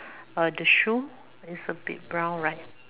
uh the shoe is a bit brown right